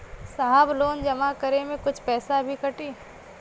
साहब लोन जमा करें में कुछ पैसा भी कटी?